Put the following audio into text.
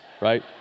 Right